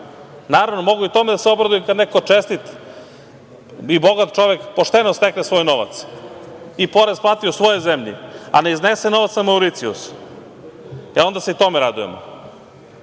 Naravno, mogu i tome da se obradujem kada neko čestit i bogat čovek pošteno stekne svoj novac i porez plati u svojoj zemlji, a ne iznese novac na Mauricijus. E, onda se i tome radujemo.